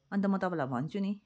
अन्त म तपाईँलाई भन्छु नि